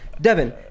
Devin